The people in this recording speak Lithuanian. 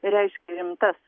reiškia rimtas